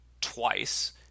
twice